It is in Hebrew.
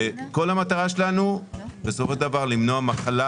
כל המטרה שלנו בסופו של דבר היא למנוע מחלה,